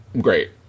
great